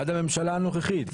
עד הממשלה הנוכחית.